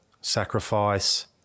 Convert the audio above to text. sacrifice